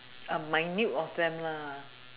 a minute of them lah